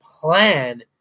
plan